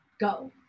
go